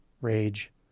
rage